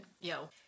Yo